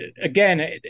again